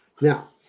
Now